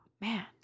Man